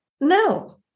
no